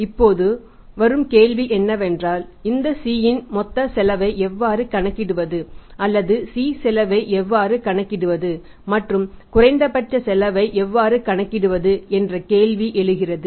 இப்போது வரும் கேள்வி என்னவென்றால் இந்த C இன் மொத்த செலவை எவ்வாறு கணக்கிடுவது அல்லது C செலவை எவ்வாறு கணக்கிடுவது மற்றும் இந்த குறைந்தபட்ச செலவை எவ்வாறு கணக்கிடுவது என்ற கேள்வி எழுகிறது